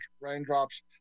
raindrops